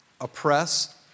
oppress